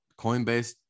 coinbase